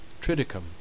triticum